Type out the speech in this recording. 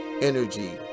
energy